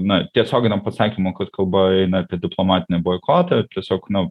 na tiesioginio pasakymo kad kalba eina apie diplomatinį boikotą tiesiog nu